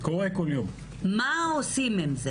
מה עושים עם זה?